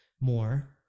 more